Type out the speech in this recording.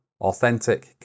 authentic